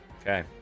okay